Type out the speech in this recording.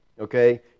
Okay